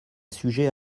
sujet